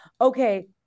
okay